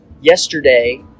yesterday